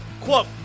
Quote